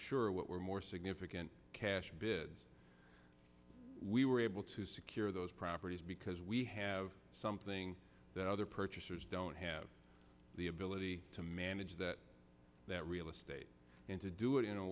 sure what were more significant cash bids we were able to secure those properties because we have something that other purchasers don't have the ability to manage that that real estate and to do it in a